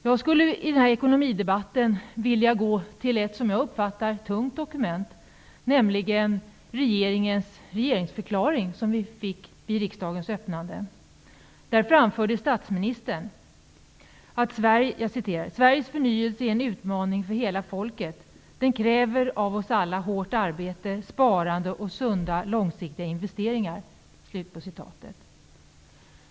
Jag skulle i den här ekonomidebatten vilja gå till ett, som jag uppfattar det, tungt dokument, nämligen regeringens regeringsförklaring, som vi fick vid riksdagens öppnande. Där framförde statsministern: ''Sveriges förnyelse är en utmaning för hela folket. Den kräver av oss alla hårt arbete, sparande och sunda långsiktiga investeringar.''